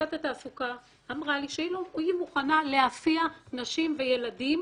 לשכת התעסוקה אמרה לי שהיא מוכנה להביא נשים וילדים